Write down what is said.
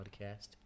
podcast